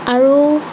আৰু